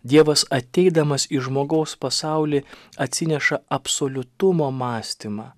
dievas ateidamas į žmogaus pasaulį atsineša absoliutumo mąstymą